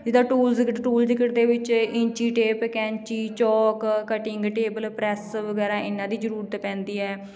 ਜਿੱਦਾਂ tools tool ਦੀ kit ਦੇ ਵਿੱਚ ਇੰਚੀਟੇਪ ਕੈਂਚੀ ਚੋਕ ਕਟਿੰਗ ਟੇਬਲ ਪ੍ਰੈਸ ਵਗੈਰਾ ਇਹਨਾਂ ਦੀ ਜ਼ਰੂਰਤ ਪੈਂਦੀ ਹੈ